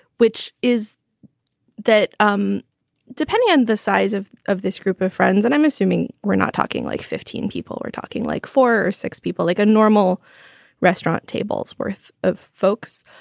which is that um depending on the size of of this group of friends and i'm assuming we're not talking like fifteen people, we're talking like four or six people like a normal restaurant, tables worth of folks.